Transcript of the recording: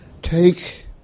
Take